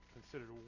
considered